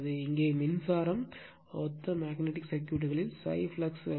இங்கே மின்சாரம் ஒத்த மேக்னட்டிக் சர்க்யூட்களில் ∅ ஃப்ளக்ஸ் வெபர்